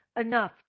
enough